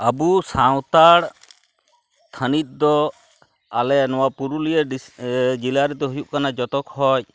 ᱟᱵᱚ ᱥᱟᱱᱛᱟᱲ ᱛᱷᱟᱱᱤᱛ ᱫᱚ ᱟᱞᱮ ᱱᱚᱣᱟ ᱯᱩᱨᱩᱞᱤᱭᱟᱹ ᱡᱮᱞᱟᱨᱮᱫᱚ ᱦᱩᱭᱩᱜ ᱠᱟᱱᱟ ᱡᱚᱛᱚᱠᱷᱚᱱ